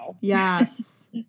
Yes